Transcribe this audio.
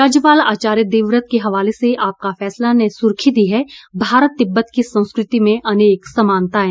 राज्यपाल आचार्य देवव्रत के हवाले से आपका फैसला ने सुर्खी दी है भारत तिब्बत की संस्कृति में अनेक समानताएं